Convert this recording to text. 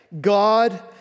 God